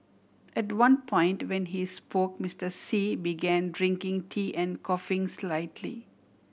at one point when he spoke Mister Xi began drinking tea and coughing slightly